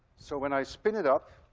so when i spin it up,